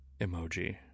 emoji